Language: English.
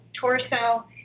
torso